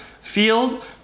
field